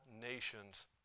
nations